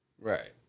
Right